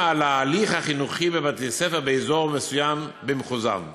על ההליך החינוכי בבתי-ספר באזור מסוים במחוזם.